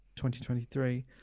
2023